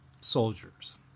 soldiers